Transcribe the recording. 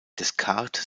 descartes